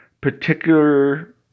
particular